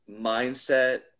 mindset